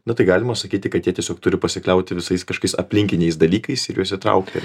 nu tai galima sakyti kad jie tiesiog turi pasikliauti visais kažkokiais aplinkiniais dalykais ir juos įtraukti